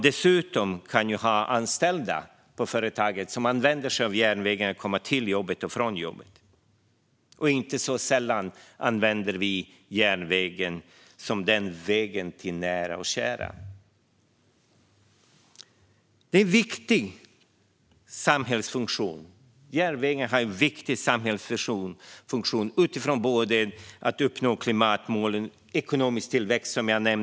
Dessutom kan företagen ha anställda som använder sig av järnvägen för att ta sig till och från jobbet. Inte sällan använder vi järnvägen som vägen till nära och kära. Järnvägen har en viktig samhällsfunktion för att uppnå klimatmålen och för ekonomisk tillväxt.